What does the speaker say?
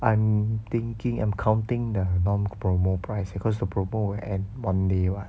I'm thinking I'm counting the non promotion price leh because the promotion end one day [what]